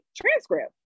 transcript